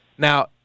Now